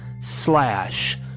slash